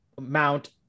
Mount